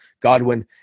Godwin